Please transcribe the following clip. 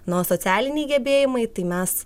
nu o socialiniai gebėjimai tai mes